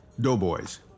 Doughboys